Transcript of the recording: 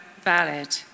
valid